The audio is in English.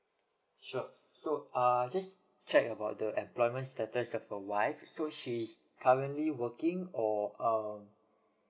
sure so err just check about the employment status of your wife so she's currently working or um